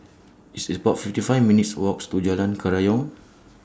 It's about fifty five minutes' Walks to Jalan Kerayong